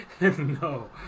no